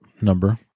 number